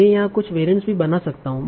मैं यहाँ कुछ वेरिंट् भी बना सकता हूँ